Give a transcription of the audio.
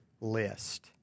list